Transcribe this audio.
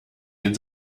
den